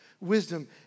Wisdom